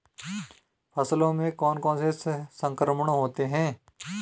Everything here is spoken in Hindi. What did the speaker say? फसलों में कौन कौन से संक्रमण होते हैं?